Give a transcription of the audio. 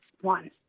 one